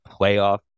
playoff